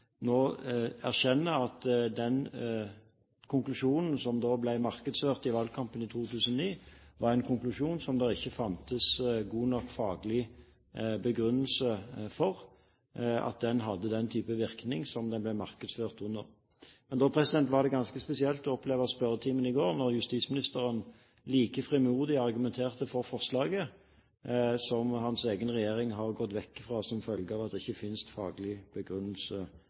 nå erkjenner at den konklusjonen som ble markedsført i valgkampen i 2009, var en konklusjon som det ikke fantes god nok faglig begrunnelse for, at den ikke hadde den typen virkning som den ble markedsført under. Men da var det ganske spesielt å oppleve spørretimen i går, hvor justisministeren like frimodig argumenterte for forslaget som hans egen regjering har gått vekk fra som følge av at det ikke finnes faglig begrunnelse